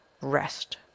rest